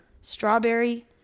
Strawberry